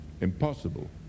Impossible